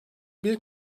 bir